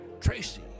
Tracy